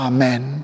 Amen